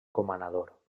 comanador